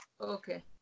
Okay